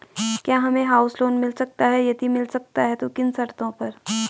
क्या हमें house loan मिल सकता है यदि मिल सकता है तो किन किन शर्तों पर?